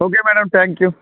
okay madam thank you